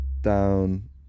down